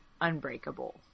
unbreakable